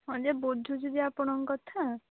ହଁ ଯେ ବୁଝୁଛି ଯେ ଆପଣଙ୍କ କଥା